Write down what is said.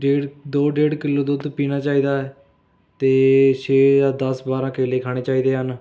ਡੇਢ ਦੋ ਡੇਢ ਕਿੱਲੋ ਦੁੱਧ ਪੀਣਾ ਚਾਹੀਦਾ ਹੈ ਅਤੇ ਛੇ ਜਾਂ ਦਸ ਬਾਰਾਂ ਕੇਲੇ ਖਾਣੇ ਚਾਹੀਦੇ ਹਨ